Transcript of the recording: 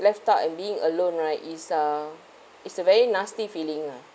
left out and being alone right is uh is a very nasty feeling ah